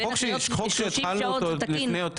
זה חוק שהתחלנו אותו לפני יותר